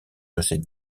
des